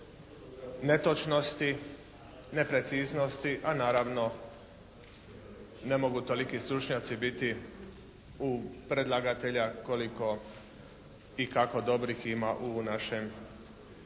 netočnosti, nepreciznosti, a naravno ne mogu toliki stručnjaci biti u predlagatelja koliko i kako dobrih ima u našem